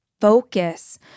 focus